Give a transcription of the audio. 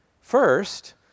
First